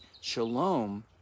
shalom